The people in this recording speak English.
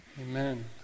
Amen